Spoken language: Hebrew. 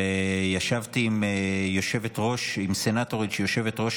וישבתי עם סנטורית שהיא יושבת-ראש